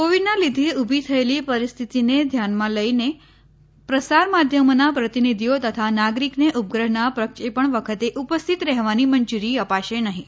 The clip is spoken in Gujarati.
કોવિડના લીઘે ઉભી થયેલી પરિસ્થિતીને ધ્યાનમાં લઇને પ્રસાર માધ્યમોના પ્રતિનિધિઓ તથા નાગરિકને ઉપગ્રહના પ્રક્ષેપણ વખતે ઉપસ્થિત રહેવાની મંજૂરી અપાશે નહિં